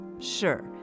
Sure